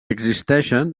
existeixen